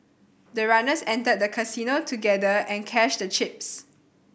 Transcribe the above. the runners entered the casino together and cashed the chips